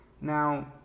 Now